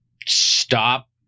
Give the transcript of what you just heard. Stop